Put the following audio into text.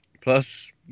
Plus